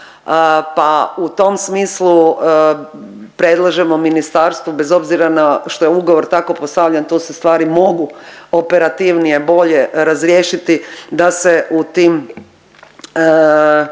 pa u tom smislu predlažemo ministarstvu bez obzira na što je ugovor tako postavljen tu se stvari mogu operativnije, bolje razriješiti da se u tim,